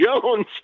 Jones